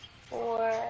Four